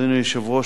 אדוני היושב-ראש,